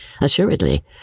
Assuredly